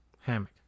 hammock